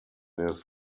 his